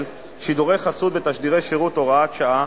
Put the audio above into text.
(שידורי חסות ותשדירי שירות) (הוראת שעה)